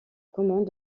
commande